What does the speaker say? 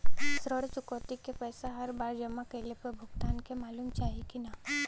ऋण चुकौती के पैसा हर बार जमा कईला पर भुगतान के मालूम चाही की ना?